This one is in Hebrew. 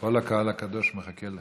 כל הקהל הקדוש מחכה לך.